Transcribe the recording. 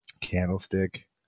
Candlestick